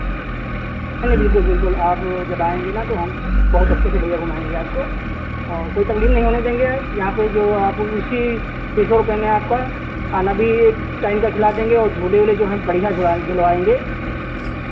नहीं नहीं बिल्कुल बिल्कुल आप जब आएंगे ना तो हम बहुत अच्छे से भैया घुमाएंगे आपको कोई तकलीफ़ नहीं होने देंगे यहाँ पे जो आप उसी छः सौ रुपये में आपका खाना भी एक टाइम का खिला देंगे और झूले वूले जो हैं बढ़ियाँ झूला झुलवाएंगे